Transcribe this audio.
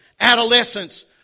adolescence